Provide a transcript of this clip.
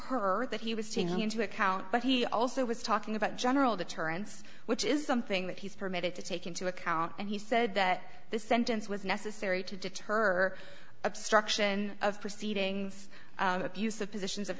her that he was taking into account but he also was talking about general deterrence which is something that he's permitted to take into account and he said that the sentence was necessary to deter obstruction of proceedings use of positions of